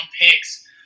picks